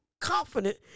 confident